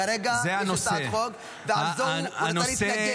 כרגע יש הצעת חוק, ולזה הוא צריך להתנגד.